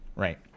Right